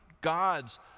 God's